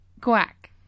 Quack